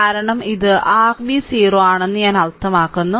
കാരണം ഇത് r v 0 ആണെന്ന് ഞാൻ അർത്ഥമാക്കുന്നു